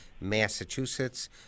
Massachusetts